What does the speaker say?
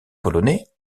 polonais